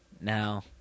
now